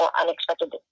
unexpected